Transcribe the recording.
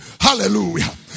Hallelujah